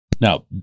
Now